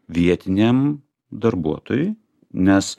vietiniam darbuotojui nes